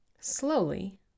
Slowly